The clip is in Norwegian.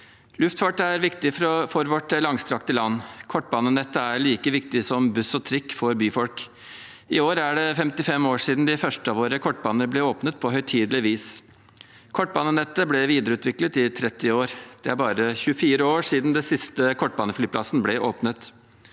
Luftfart er viktig for vårt langstrakte land. Kortbanenettet er like viktig som buss og trikk for byfolk. I år er det 55 år siden de første av våre kortbaner ble åpnet på høytidelig vis. Kortbanenettet ble videreutviklet i 30 år. Det er bare 24 år siden den siste kortbaneflyplassen ble åpnet.